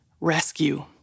rescue